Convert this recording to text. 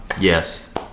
Yes